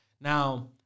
Now